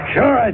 Sure